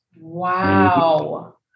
Wow